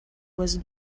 was